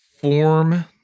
Form